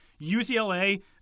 UCLA